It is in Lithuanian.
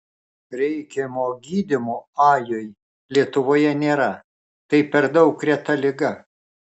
reikiamo gydymo ajui lietuvoje nėra tai per daug reta liga